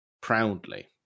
proudly